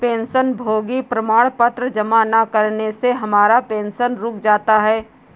पेंशनभोगी प्रमाण पत्र जमा न करने से हमारा पेंशन रुक जाता है